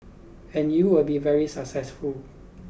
and you will be very successful